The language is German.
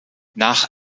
nach